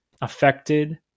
affected